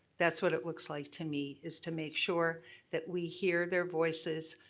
that's what it looks like to me. is to make sure that we hear their voices.